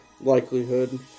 likelihood